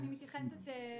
אני מתייחסת לגופו.